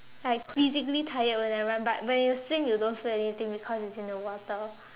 like physically tired when I run but when you swim you don't feel anything because it's in the water